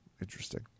interesting